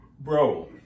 Bro